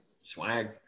Swag